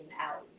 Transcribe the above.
out